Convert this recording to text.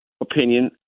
opinion